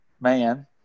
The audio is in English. Man